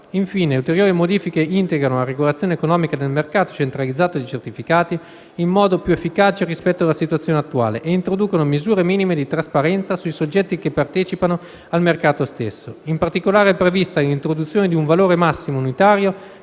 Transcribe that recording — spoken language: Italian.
Infine, ulteriori modifiche integrano la regolazione economica del mercato centralizzato dei certificati in modo più efficace rispetto alla situazione attuale e introducono misure minime di trasparenza sui soggetti che partecipano al mercato stesso. In particolare, è prevista l'introduzione di un valore massimo unitario